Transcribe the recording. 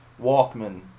Walkman